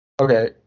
okay